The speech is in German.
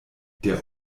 der